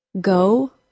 Go